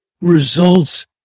results